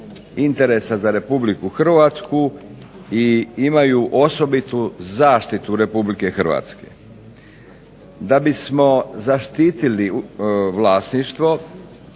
interesa za Republiku Hrvatsku i imaju osobitu zaštitu Republike Hrvatske. DA bismo zaštitili vlasništvo